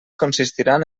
consistiran